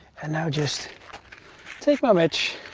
and now just take my match